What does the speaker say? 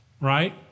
Right